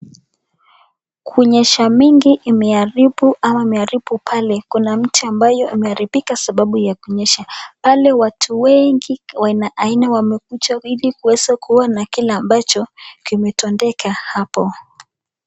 Kunyesha mingi imeharibu ama imeharibu pale. Kuna mti ambayo imeharibika sababu ya kunyesha. Pale watu wengi wa aina aina wamekuja ili kuweza kuona kile ambacho kimetendeka hapo.